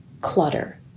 clutter